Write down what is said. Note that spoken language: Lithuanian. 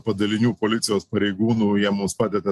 padalinių policijos pareigūnų jie mums padeda